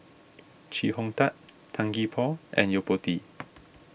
Chee Hong Tat Tan Gee Paw and Yo Po Tee